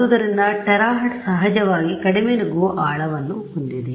ಆದ್ದರಿಂದ ಟೆರಾಹೆರ್ಟ್ಜ್ ಸಹಜವಾಗಿ ಕಡಿಮೆ ನುಗ್ಗುವ ಆಳವನ್ನು ಹೊಂದಿದೆ